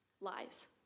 lies